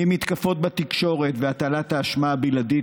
ממתקפות בתקשורת והטלת האשמה הבלעדית